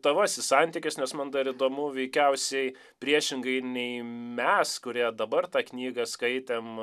tavasis santykis nes man dar įdomu veikiausiai priešingai nei mes kurie dabar tą knygą skaitėm